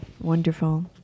Wonderful